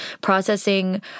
processing